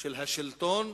של השלטון,